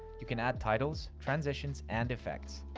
you can add titles, transitions, and effects.